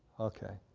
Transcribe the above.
okay,